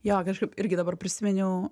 jo kažkaip irgi dabar prisiminiau